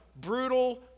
brutal